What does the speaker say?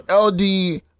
LD